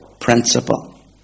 principle